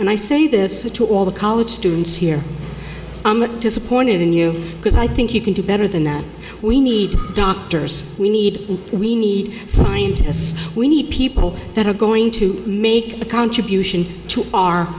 and i say this to all the college students here disappointed in you because i think you can do better than that we need doctors we need we need scientists we need people that are going to make a contribution to our